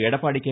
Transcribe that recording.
Edappadi K